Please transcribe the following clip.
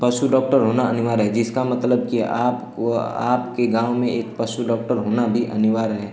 पशु डॉक्टर होना अनिवार्य है जिसका मतलब कि आपको आपके गाँव में एक पशु डॉक्टर होना भी अनिवार्य है